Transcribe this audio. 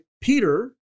Peter